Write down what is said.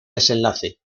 desenlace